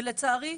ולצערי,